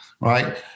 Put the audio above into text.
right